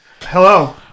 Hello